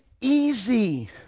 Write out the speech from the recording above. easy